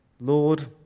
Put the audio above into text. Lord